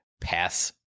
pass